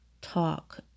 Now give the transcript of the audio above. talk